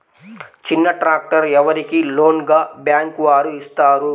చిన్న ట్రాక్టర్ ఎవరికి లోన్గా బ్యాంక్ వారు ఇస్తారు?